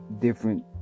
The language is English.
different